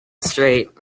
straight